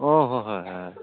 অঁ হয় হয় হয়